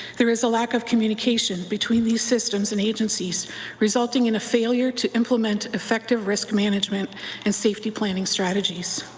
there is a lack of communication between these systems and agencies resulting in a failure to implement effective risk management and safety planning strategies.